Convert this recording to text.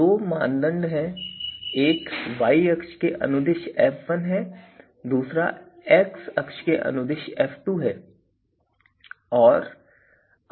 दो मानदंड हैं एक y अक्ष के अनुदिश f1 है और दूसरा x अक्ष के अनुदिश f2 है